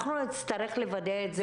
אנחנו נצטרך לוודא את זה.